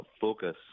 focus